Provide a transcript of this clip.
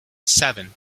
seven